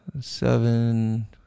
seven